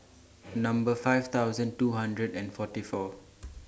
Number five thousand two hundred and forty four